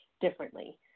differently